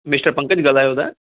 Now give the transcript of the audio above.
mister Pankaj ॻाल्हायो था